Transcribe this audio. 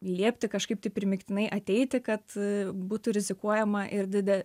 liepti kažkaip tai primygtinai ateiti kad būtų rizikuojama ir dide